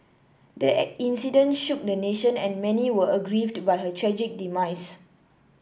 the incident shook the nation and many were aggrieved by her tragic demise